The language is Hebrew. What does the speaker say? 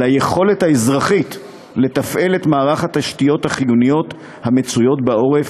על היכולת האזרחית לתפעל את מערך התשתיות החיוניות המצויות בעורף,